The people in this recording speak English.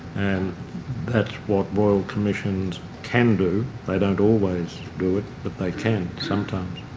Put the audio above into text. and that's what royal commissions can do. they don't always do it but they can sometimes.